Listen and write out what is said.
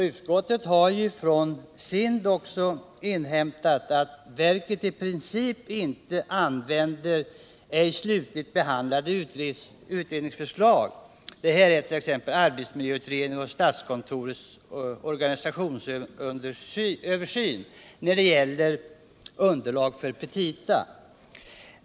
Utskottet har från SIND också inhämtat att verket i princip inte använder ej slutligt behandlade utredningsförslag — t.ex. arbetsmiljöutredningen och statskontorets organisationsöversyn — som underlag för petita.